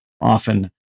often